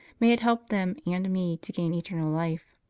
may it help them and me to gain eternal life.